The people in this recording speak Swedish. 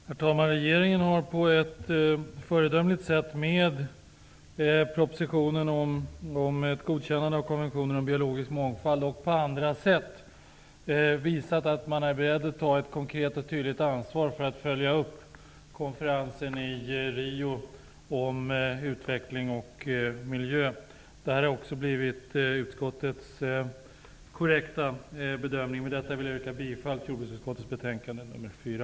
Herr talman! Regeringen har på ett föredömligt sätt med propositionen om ett godkännande av konventionen om biologisk mångfald och även på andra sätt visat att man är beredd att ta ett konkret och tydligt ansvar när det gäller att följa upp konferensen i Rio om utveckling och miljö. Detta har också blivit utskottets korrekta bedömning. Med detta yrkar jag bifall till hemställan i jordbruksutskottets betänkande nr 4.